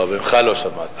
לא, ממך לא שמעתי.